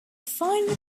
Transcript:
final